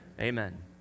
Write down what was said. Amen